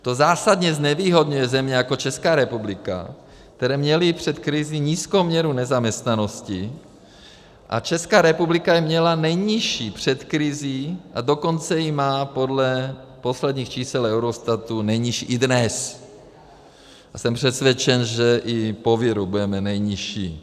To zásadně znevýhodňuje země jako Česká republika, které měly před krizí nízkou míru nezaměstnanosti, a Česká republika ji měla nejnižší před krizí, a dokonce ji má podle posledních čísel Eurostatu nejnižší i dnes, a jsem přesvědčen, že i po viru budeme nejnižší.